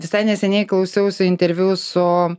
visai neseniai klausiausi interviu su